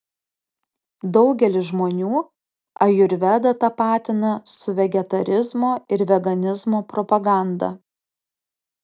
daugelis žmonių ajurvedą tapatina su vegetarizmo ir veganizmo propaganda